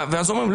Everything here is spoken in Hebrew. אומרים,